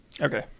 Okay